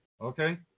Okay